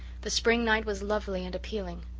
the spring night was lovely and appealing.